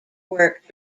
work